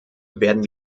werden